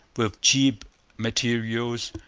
with cheap materials,